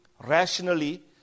rationally